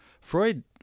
Freud